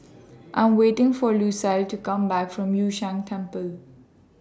I Am waiting For Lucile to Come Back from Yun Shan Temple